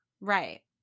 Right